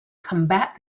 combat